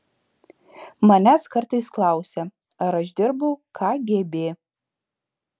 manęs kartais klausia ar aš dirbau kgb